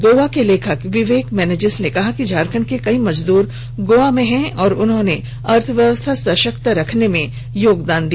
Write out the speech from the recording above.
गोवा के लेखक विवेक मेनेजिस ने कहा कि झारखंड के कई मजदूर गोवा में हैं और उन्होंने अर्थव्यवस्था सशक्त रखने में योगदान दिया